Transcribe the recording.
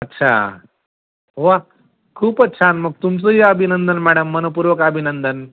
अच्छा वा खूपच छान मग तुमचंही अभिनंदन मॅडम मन पूर्वक अभिनंदन